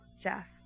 Jeff